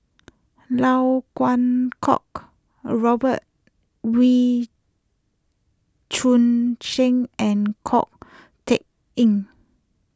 Lau Kuo Kwong Robert Wee Choon Seng and Ko Teck Kin